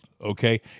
okay